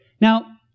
Now